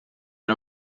era